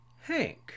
Hank